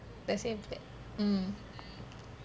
mm